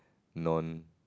non